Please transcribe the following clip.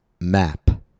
map